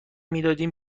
میدادیم